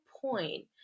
point